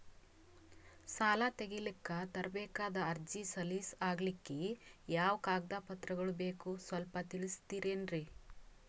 ಸಾಲ ತೆಗಿಲಿಕ್ಕ ತರಬೇಕಾದ ಅರ್ಜಿ ಸಲೀಸ್ ಆಗ್ಲಿಕ್ಕಿ ಯಾವ ಕಾಗದ ಪತ್ರಗಳು ಬೇಕು ಸ್ವಲ್ಪ ತಿಳಿಸತಿರೆನ್ರಿ?